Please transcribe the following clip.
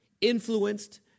Influenced